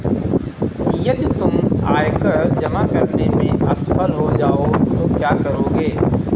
यदि तुम आयकर जमा करने में असफल हो जाओ तो क्या करोगे?